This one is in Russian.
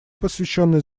посвященной